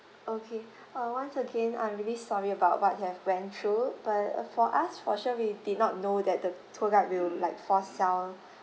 okay err once again I'm really sorry about what you have went through but uh for us for sure we did not know that the tour guide will like force sell